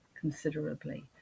considerably